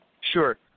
Sure